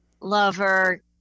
lover